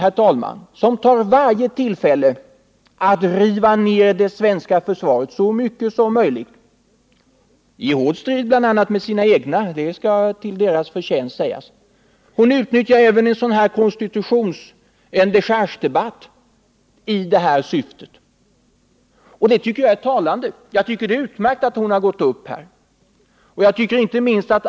Fru Theorin, som tar varje tillfälle i akt att riva ned det svenska försvaret så mycket som möjligt — i år bl.a. i strid med sina egna partikamrater, vilket skall sägas till deras förtjänst — utnyttjar emellertid även denna dechargedebatt i det syftet. Det är både talande och på sitt sätt utmärkt att hon gör det.